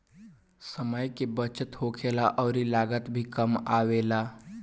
समय के बचत होखेला अउरी लागत भी कम आवेला